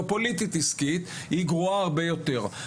או פוליטית עסקית היא גרוע הרבה יותר,